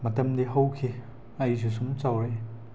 ꯃꯇꯝꯗꯤ ꯍꯧꯈꯤ ꯑꯩꯁꯨ ꯁꯨꯝ ꯆꯥꯎꯔꯛꯏ